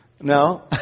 No